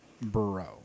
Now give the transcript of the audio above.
bro